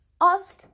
ask